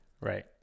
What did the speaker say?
Right